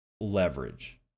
leverage